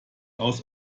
aus